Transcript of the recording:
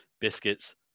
biscuits